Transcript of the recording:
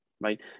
right